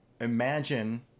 Imagine